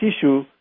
tissue